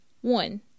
One